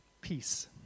peace